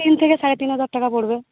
তিন থেকে সাড়ে তিন হাজার টাকা পড়বে